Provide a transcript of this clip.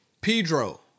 Pedro